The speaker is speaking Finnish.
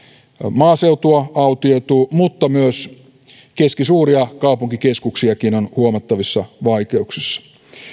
maaseutua autioituu mutta keskisuuria kaupunkikeskuksiakin on huomattavissa vaikeuksissa